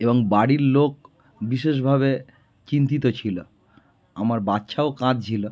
এবং বাড়ির লোক বিশেষভাবে চিন্তিত ছিল আমার বাচ্চাও কাঁদছিল